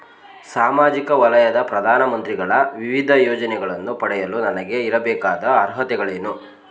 ಸಾಮಾಜಿಕ ವಲಯದ ಪ್ರಧಾನ ಮಂತ್ರಿಗಳ ವಿವಿಧ ಯೋಜನೆಗಳನ್ನು ಪಡೆಯಲು ನನಗೆ ಇರಬೇಕಾದ ಅರ್ಹತೆಗಳೇನು?